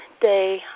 day